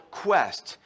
quest